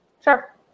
Sure